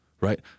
right